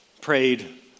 prayed